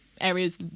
areas